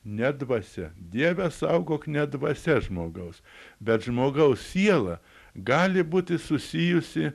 ne dvasia dieve saugok ne dvasia žmogaus bet žmogaus siela gali būti susijusi